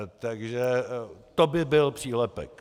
Takže to by byl přílepek.